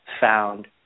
found